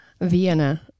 Vienna